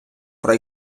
про